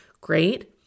Great